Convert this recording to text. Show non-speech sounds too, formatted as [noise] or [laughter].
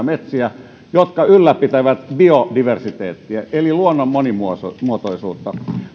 [unintelligible] metsiä jotka ylläpitävät biodiversiteettiä eli luonnon monimuotoisuutta